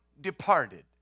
departed